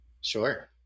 Sure